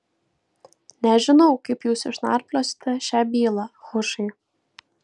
nežinau kaip jūs išnarpliosite šią bylą hušai